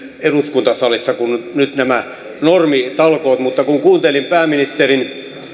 eduskuntasalissa kuin nyt nämä normitalkoot mutta kun kuuntelin pääministerin